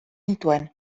nituen